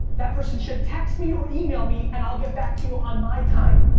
that person should text me or email me, and i'll get back to you on my time.